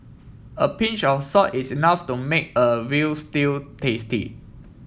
a pinch of salt is enough to make a veal stew tasty